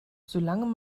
solange